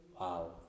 Wow